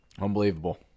Unbelievable